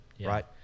right